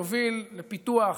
נוביל לפיתוח,